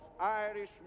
Irish